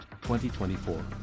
2024